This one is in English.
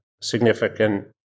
significant